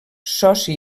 soci